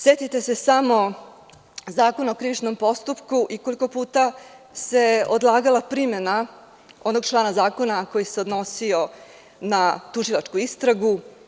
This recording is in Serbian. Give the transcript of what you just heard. Setite se samo Zakona o krivičnom postupku i koliko puta se odlagala primena onog člana Zakona koji se odnosio na tužilačku istragu.